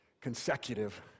consecutive